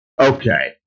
Okay